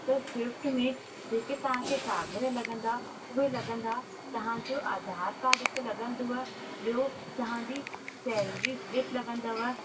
त स्विफ्ट में जेके तव्हांखे कागर लॻंदा उहे लॻंदा तव्हांजो आधार काड हिकु लॻंदव ॿियों तव्हांजी सेलरी स्लिप लॻंदव